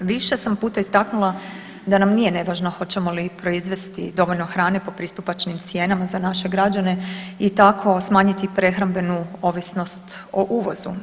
Više sam puta istaknula da nam nije nevažno hoćemo li proizvesti dovoljno hrane po pristupačnim cijenama za naše građane i tako smanjiti prehrambenu ovisnost o uvozu.